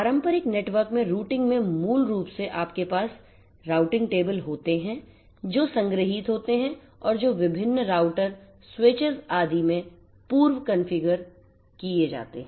पारंपरिक नेटवर्क में रूटिंग में मूल रूप से आपके पास राउटिंग टेबल होते हैं जो संग्रहित होते हैं और जो विभिन्न राउटर स्विचेस आदि में पूर्व कॉन्फ़िगर किए जाते हैं